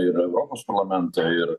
ir europos parlamentą ir